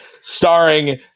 starring